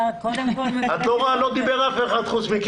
קודם כל אני רוצה להודות ללילי ולמשפחת וישניאק